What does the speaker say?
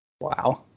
Wow